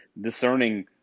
discerning